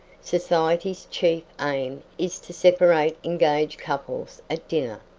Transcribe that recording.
society's chief aim is to separate engaged couples at dinner,